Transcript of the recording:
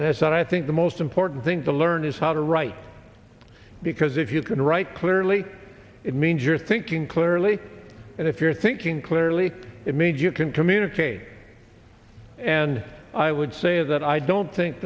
and i said i think the most important thing to learn is how to write because if you can write clearly it means you're thinking clearly and if you're thinking clearly it means you can communicate and i would say that i don't think